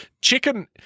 Chicken